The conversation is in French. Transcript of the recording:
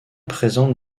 présente